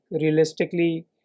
realistically